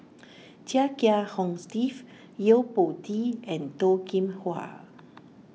Chia Kiah Hong Steve Yo Po Tee and Toh Kim Hwa